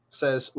says